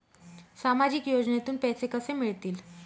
सामाजिक योजनेतून पैसे कसे मिळतील?